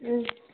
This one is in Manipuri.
ꯎꯝ